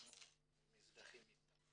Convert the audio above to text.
אנחנו מזדהים איתם